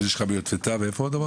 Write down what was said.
אז יש לך ביוטבתה ואיפה עוד אמרנו?